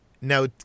Now